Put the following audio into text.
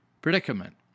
Predicament